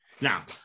Now